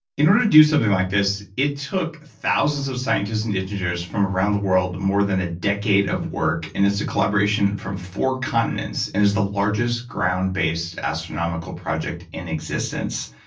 in order to do something like this, it took thousands of scientists and engineers from around the world more than a decade of work, and it's a collaboration from four continents, and is the largest ground based astronomical project in existence.